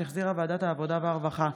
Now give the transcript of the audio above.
שהחזירה ועדת העבודה והרווחה,